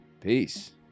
Peace